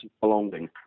belonging